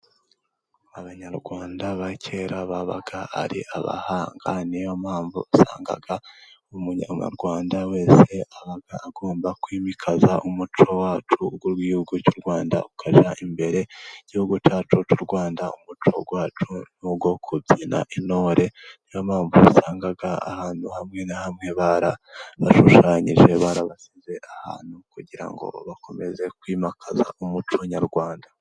Abanyarwanda ba kera babaga ari abahanga, niyo mpamvu usanga umunyarwanda wese aba agomba kwimakaza umuco wacu w'igihugu cy'u Rwanda ukajya imbere. Igihugu cyacu cy'u Rwanda, umuco wacu n'u kubyina. Intore niyo mpamvu wasanga ahantu hamwe na hamwe barabashushanyije barabasize ahantu kugira ngo bakomeze kwimakaza umuco nyarwanda.